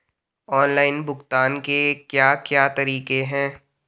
Online भुगतान के क्या क्या तरीके हैं?